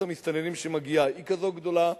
המסתננים שמגיעה היא גדולה כזאת,